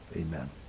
Amen